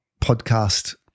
podcast